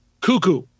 Cuckoo